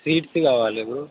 seeds కావాలి bro